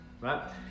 Right